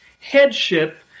headship